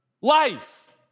life